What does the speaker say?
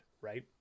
right